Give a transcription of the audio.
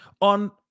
on